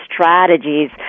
strategies